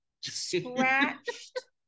scratched